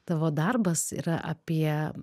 tavo darbas yra apie